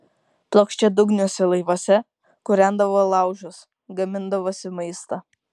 plokščiadugniuose laivuose kūrendavo laužus gamindavosi maistą